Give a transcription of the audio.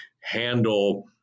handle